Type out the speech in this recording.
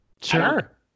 Sure